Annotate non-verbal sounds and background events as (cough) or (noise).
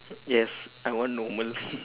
yes I want normal (laughs)